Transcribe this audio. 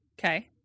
Okay